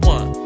One